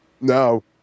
No